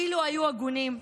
אילו היו הגונים?